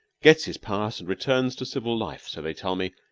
gets his pass, and returns to civil life, so they tell me,